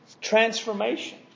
transformation